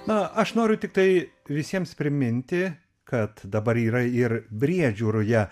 na aš noriu tiktai visiems priminti kad dabar yra ir briedžių ruja